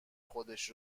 خودش